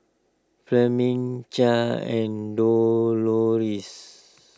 Fleming Chaz and Dolores